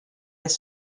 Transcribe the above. les